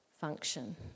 function